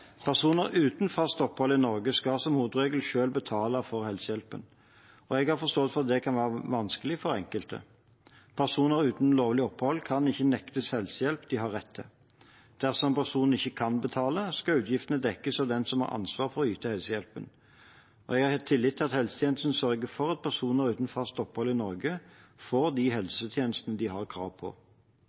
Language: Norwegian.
Personer uten fast opphold i Norge skal som hovedregel selv betale for helsehjelpen, og jeg har forståelse for at det kan være vanskelig for enkelte. Personer uten lovlig opphold kan ikke nektes helsehjelp de har rett til. Dersom personen ikke kan betale, skal utgiftene dekkes av den som har ansvar for å yte helsehjelpen. Og jeg har tillit til at helsetjenesten sørger for at personer uten fast opphold i Norge får de helsetjenestene de har krav på.